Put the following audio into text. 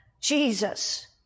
Jesus